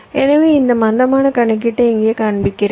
எனவே இந்த மந்தமான கணக்கீட்டை இங்கே காண்பிக்கிறேன்